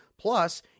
Plus